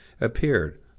APPEARED